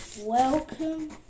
Welcome